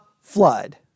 flood